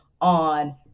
on